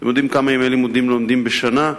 אתם יודעים כמה ימי לימודים לומדים בשנה?